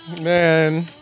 Man